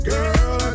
Girl